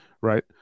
Right